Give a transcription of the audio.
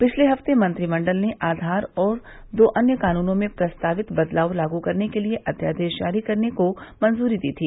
पिछले हफ़्ते मंत्रिमंडल ने आधार और दो अन्य कानूनों में प्रस्तावित बदलाव लागू करने के लिए अध्यादेश जारी करने को मंजूरी दी थी